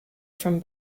from